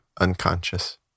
unconscious